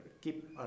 keep